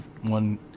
one